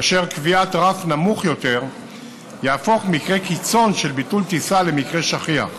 וקביעת רף נמוך יותר תהפוך מקרה קיצון של ביטול טיסה למקרה שכיח.